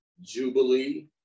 jubilee